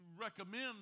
recommend